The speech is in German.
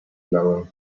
lange